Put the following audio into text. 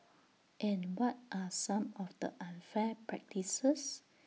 and what are some of the unfair practices